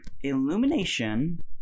Illumination